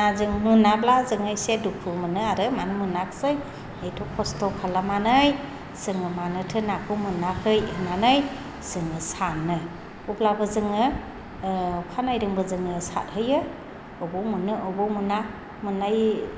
आरो जों मोनाब्ला जोङो एसे दुखु मोनो आरो मानो मोनाखिसै एथ' खस्त' खालामनानै जोङो मानोथो नाखौ मोनाखै होननानै जोङो सानो अब्लाबो जोङो अखानायदोंबा जोङो सारहैयो बबेयाव मोनो बबेयाव मोना मोननाय